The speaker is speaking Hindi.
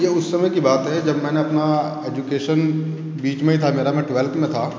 ये उस समय की बात है जब मैंने अपना एजुकेशन बीच में ही था मेरा मैं ट्वेल्थ में था